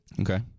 Okay